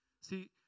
See